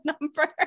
number